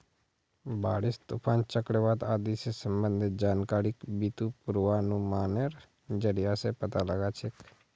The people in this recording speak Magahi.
बारिश, तूफान, चक्रवात आदि स संबंधित जानकारिक बितु पूर्वानुमानेर जरिया स पता लगा छेक